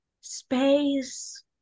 space